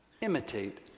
Imitate